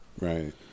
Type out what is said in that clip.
right